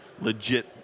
legit